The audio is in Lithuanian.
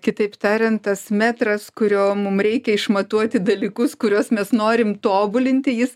kitaip tariant tas metras kurio mums reikia išmatuoti dalykus kuriuos mes norim tobulinti jis